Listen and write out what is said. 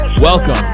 Welcome